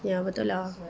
ya betul lah